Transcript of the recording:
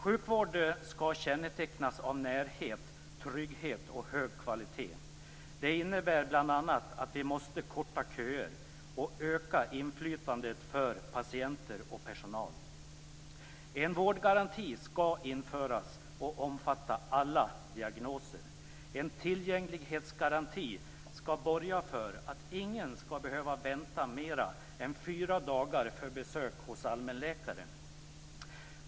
Sjukvård skall kännetecknas av närhet, trygghet och hög kvalitet. Det innebär bl.a. att vi måste korta köer och öka inflytandet för patienter och personal. En vårdgaranti skall införas och omfatta alla diagnoser. En tillgänglighetsgaranti skall borga för att ingen skall behöva vänta mer än fyra dagar för besök hos allmänläkare.